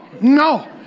no